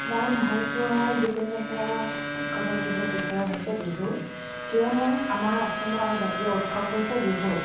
মই ভালপোৱা যিকোনো এটা উৎসৱৰ বিষয়ে হৈছে বিহু কিয়নো আমাৰ অসমৰ জাতীয় উৎসৱ হৈছে বিহু